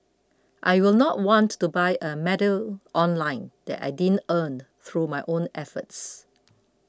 I will not want to buy a medal online that I didn't earn through my own efforts